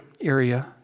area